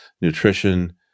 nutrition